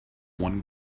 one